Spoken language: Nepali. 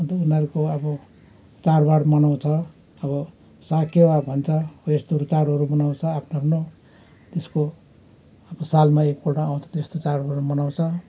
अन्त उनीहरूको अब चाडबाड मनाउँछ अब साकेवा भन्छ हो यस्तोहरू चाडहरू मनाउँछ आफ्नो आफ्नो त्यसको अब सालमा एकपल्ट आउँछ त्यस्तो चाडहरू मनाउँछ